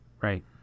Right